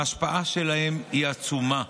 ההשפעה שלהם היא עצומה.